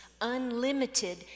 unlimited